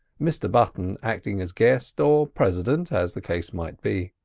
mr button acting as guest or president as the case might be.